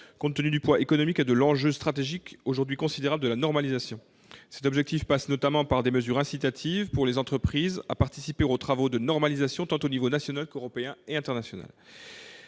compte tenu du poids économique et de l'enjeu stratégique aujourd'hui considérables de la normalisation. Cet objectif passe notamment par des mesures incitatives, pour les entreprises, à participer aux travaux de normalisation à l'échelon tant national qu'européen ou international.